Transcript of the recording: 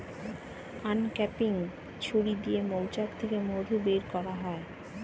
uncapping ছুরি দিয়ে মৌচাক থেকে মধু বের করা হয়